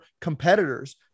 competitors